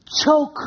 choke